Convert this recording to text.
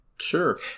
Sure